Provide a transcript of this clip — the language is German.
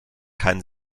kein